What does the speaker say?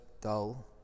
dull